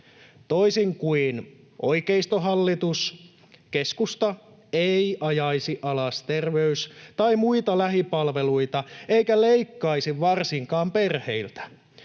Toisin kuin oikeistohallitus, keskusta ei ajaisi alas terveys- tai muita lähipalveluita eikä leikkaisi varsinkaan perheiltä.